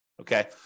okay